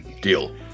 Deal